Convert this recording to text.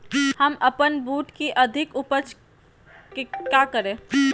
हम अपन बूट की अधिक उपज के क्या करे?